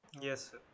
yes